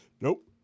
nope